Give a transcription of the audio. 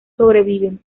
sobreviven